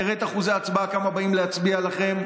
תראה את אחוזי ההצבעה, כמה באים להצביע לכם.